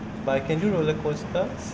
but I can do roller coasters